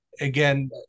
again